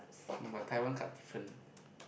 oh my Taiwan cup different